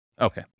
Okay